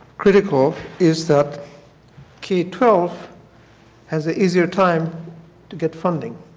critical is that k twelve has an easier time to get funding